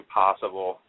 possible